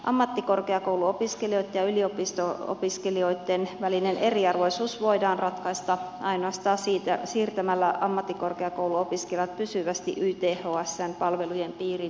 ammattikorkeakouluopiskelijoitten ja yliopisto opiskelijoitten välinen eri arvoisuus voidaan ratkaista ainoastaan siirtä mällä ammattikorkeakouluopiskelijat pysyvästi ythsn palvelujen piiriin